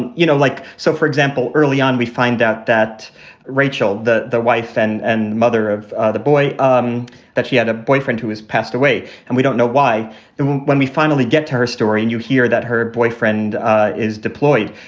you know, like. so, for example, early on we find out that rachel, the the wife and and mother of the boy, um that she had a boyfriend who has passed away and we don't know why. and when when we finally get to her story and you hear that her boyfriend is deployed,